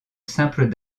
simple